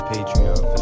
Patreon